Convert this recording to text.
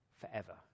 forever